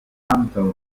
antaŭ